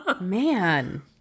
Man